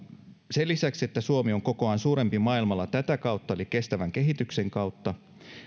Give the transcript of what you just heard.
sen lisäksi että suomi on kokoaan suurempi maailmalla tätä kautta eli kestävän kehityksen kautta